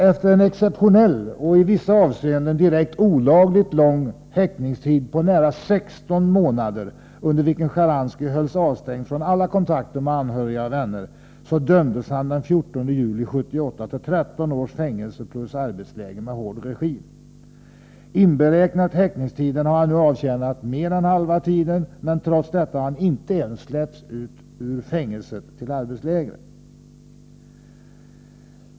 Efter en exceptionell och i vissa avseenden direkt olagligt lång häktningstid, nära 16 månader, under vilken Sjtjaranskij hölls avstängd från alla kontakter med anhöriga och vänner, dömdes han den 14 juli 1978 till 13 års fängelse plus arbetsläger med ”hård regim”. Inberäknat häktningstiden har han nu avtjänat mer än halva tiden, men trots detta har han inte ens släppts ut ur fängelset till arbetslägret.